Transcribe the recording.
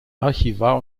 archivar